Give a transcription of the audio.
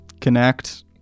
connect